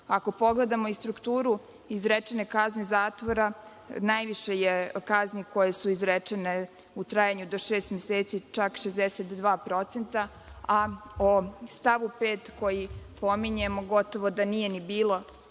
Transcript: Ako pogledamo i strukturu izrečene kazne zatvora, najviše je kazni koje su izrečene u trajanju do šest meseci, čak 62%, a o stavu 5. koji pominjemo gotovo da nije ni bilo